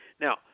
Now